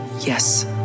Yes